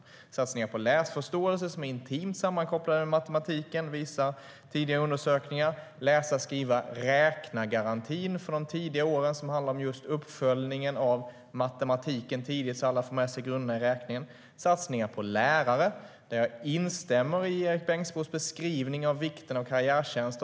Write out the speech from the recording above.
Vi gör satsningar på läsförståelse, som tidigare undersökningar visar är intimt sammankopplad med matematiken, vi har läsa-skriva-räkna-garantin för de tidiga åren, som handlar om tidig uppföljning av matematiken så att alla får med sig grunderna i räkning, och vi gör satsningar på lärare. Jag instämmer i Erik Bengtzboes beskrivning av vikten av karriärtjänster.